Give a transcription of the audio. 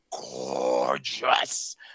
gorgeous